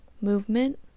movement